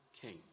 king